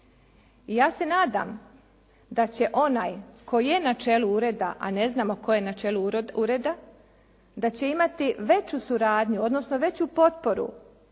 ja se nadam da će onaj koji je na čelu ureda, a ne znamo tko je na čelu ureda da će imati veću suradnju, odnosno veću potporu